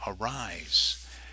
arise